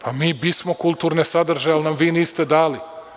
Pa, mi bismo kulturne sadržaje ali nam vi niste dali.